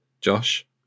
Josh